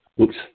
oops